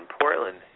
Portland